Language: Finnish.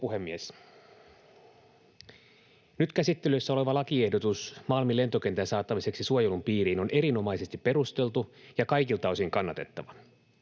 Nyt käsittelyssä oleva lakiehdotus Malmin lentokentän saattamiseksi suojelun piiriin on erinomaisesti perusteltu ja kaikilta osin kannatettava.